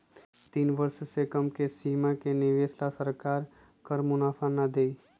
तीन वर्ष से कम के सीमा के निवेश ला सरकार कर मुनाफा ना देई